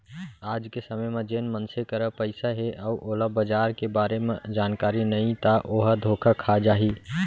आज के समे म जेन मनसे करा पइसा हे अउ ओला बजार के बारे म जानकारी नइ ता ओहा धोखा खा जाही